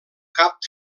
cap